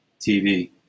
TV